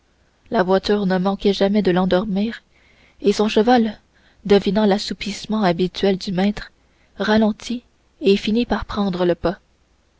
la voiture ne manquait jamais de l'endormir et son cheval devinant l'assoupissement habituel du maître ralentit et finit par prendre le pas